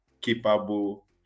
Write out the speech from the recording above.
capable